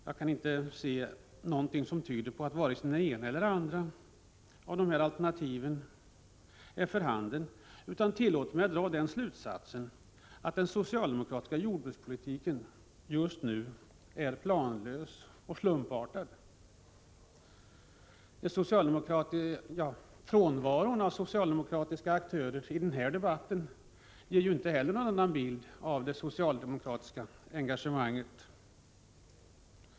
Jag kan inte se någonting som tyder på att vare sig det ena eller det andra av dessa alternativ är för handen, utan tillåter mig att dra den slutsatsen att den socialdemokratiska jordbrukspolitiken just nu är planlös och slumpartad. Frånvaron av socialdemokratiska aktörer i den här debatten ger samma bild av det socialdemokratiska engagemanget.